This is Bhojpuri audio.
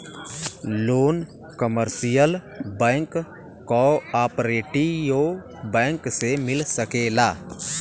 loan commercial bank cooperative bank से मिल सकेला